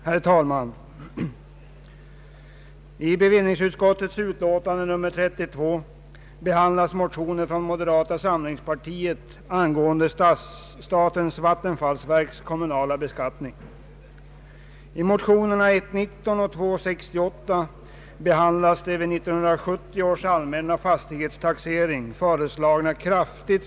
Herr talman! I bevillningsutskottets betänkande nr 32 behandlas motioner från moderata samlingspartiet angående statens vattenfallsverks kommunala beskattning.